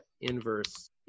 inverse